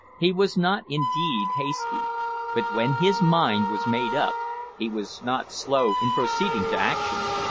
he was not, indeed, hasty but when his mind was made up he was not slow in proceeding to action.